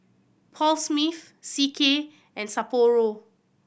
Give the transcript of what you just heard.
Paul Smith C K and Sapporo